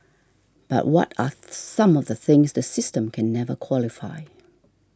but what are some of the things the system can never qualify